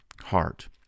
heart